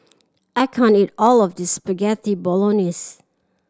I can't eat all of this Spaghetti Bolognese